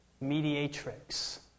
Mediatrix